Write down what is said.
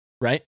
right